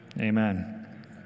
Amen